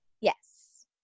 Yes